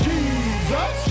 Jesus